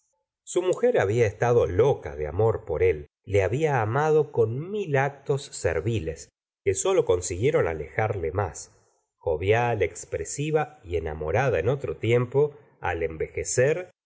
su mujer había estado loca de amor por él le había amado con mil actos serviles que sólo consiguieron alejarle más jovial expresiva y enamorada en otro tiempo al envejecer